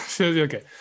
okay